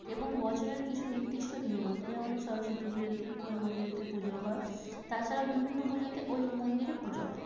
এবং বছরের কিছু নির্দিষ্ট দিনগুলোতে যেমন সরস্বতী পুজোর দিন ওই মন্দিরেতে পুজো হয় তাছাড়া বিভিন্ন পুজোতে ওই মন্দিরে পুজো হয়